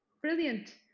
Brilliant